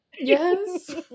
Yes